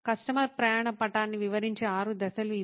customer ప్రయాణ పటాన్ని వివరించే ఆరు దశలు ఇవి